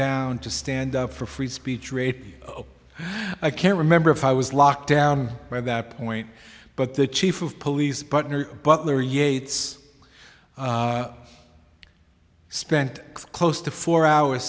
down to stand up for free speech rate i can't remember if i was locked down by that point but the chief of police butler butler yeats spent close to four hours